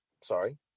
Sorry